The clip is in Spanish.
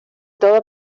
todo